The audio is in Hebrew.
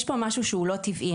יש פה משהו שהוא לא טבעי.